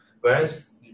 Whereas